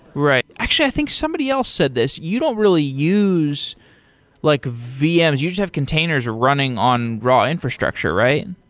right. actually, i think somebody else said this. you don't really use like vms. you just have containers running on raw infrastructure, right?